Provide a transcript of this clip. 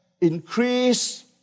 increase